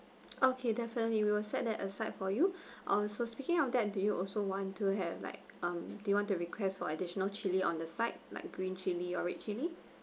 okay definitely we will set that aside for you also speaking of that do you also want to have like um do you want to request for additional chilli on the side like green chilli or red chilli